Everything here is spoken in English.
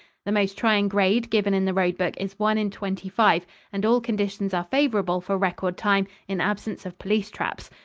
the most trying grade given in the road-book is one in twenty-five, and all conditions are favorable for record time in absence of police traps.